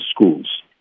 schools